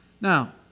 Now